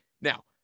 Now